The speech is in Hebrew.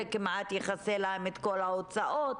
זה כמעט יכסה להם את ההוצאות.